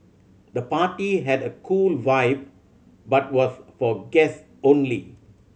the party had a cool vibe but was for guests only